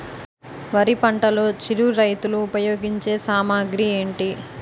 వరి పంటలో చిరు రైతులు ఉపయోగించే సామాగ్రి ఏంటి?